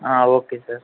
okay sir